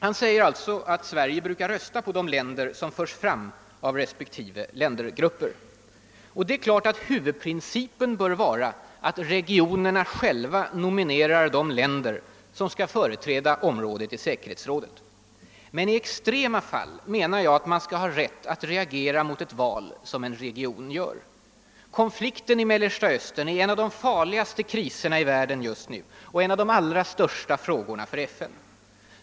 Herr Nilsson säger att Sverige brukar rösta på de länder som föreslås av respektive ländergrupper. Det är klart att huvudprincipen bör vara att regionerna själva nominerar de länder som skall företräda området i säkerhetsrådet. Men jag menar att man i extrema fall skall ha rätt att reagera mot ett val som en region gör. Konflikten i Mellersta Östern är en av de farligaste kriserna i världen just nu och en av de allra största frågorna för FN.